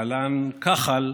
להלן: כח"ל,